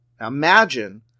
Imagine